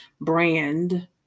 brand